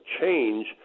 change